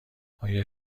آیا